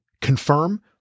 confirm